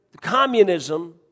communism